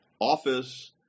office